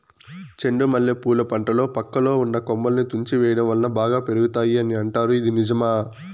చెండు మల్లె పూల పంటలో పక్కలో ఉన్న కొమ్మలని తుంచి వేయటం వలన బాగా పెరుగుతాయి అని అంటారు ఇది నిజమా?